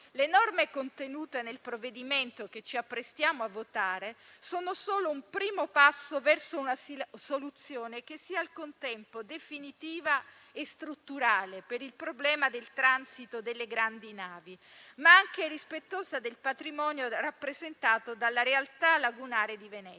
Le norme contenute nel provvedimento che ci apprestiamo a votare sono solo un primo passo verso una soluzione che sia al contempo definitiva e strutturale per il problema del transito delle grandi navi, ma anche rispettosa del patrimonio rappresentato dalla realtà lagunare di Venezia.